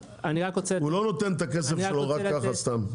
הוא לא נותן את הכסף שלו ככה סתם.